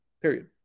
period